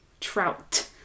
trout